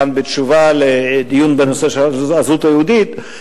גם בתשובה לדיון בנושא הזהות היהודית,